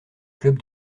club